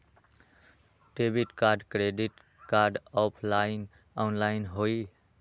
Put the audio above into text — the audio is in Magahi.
Debit card credit card offline online होई?